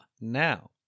Now